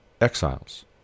exiles